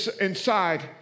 inside